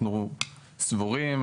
אנחנו סבורים,